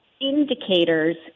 indicators